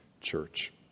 church